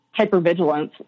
hypervigilance